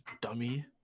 dummy